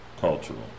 cultural